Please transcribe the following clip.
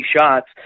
shots